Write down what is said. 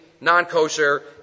non-kosher